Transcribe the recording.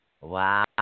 Wow